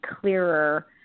clearer